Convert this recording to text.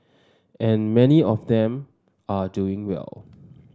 and many of them are doing well